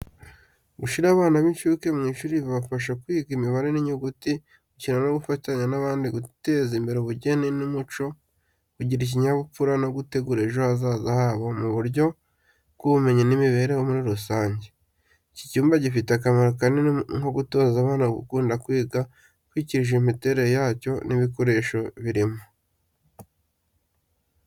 Gushyira abana b’incuke mu ishuri bibafasha kwiga imibare n’inyuguti, gukina no gufatanya n’abandi, guteza imbere ubugeni n’umuco, kugira ikinyabupfura, no gutegura ejo hazaza habo mu buryo bw’ubumenyi n’imibereho muri rusange. Iki cyumba gifite akamaro kanini nko gutoza abana gukunda kwiga ukurikije imitere yacyo n'ibikoresho birimo.